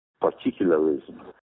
particularism